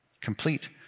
complete